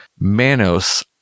Manos